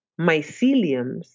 myceliums